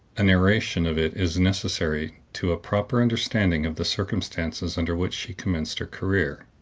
a narration of it is necessary to a proper understanding of the circumstances under which she commenced her career.